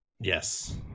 Yes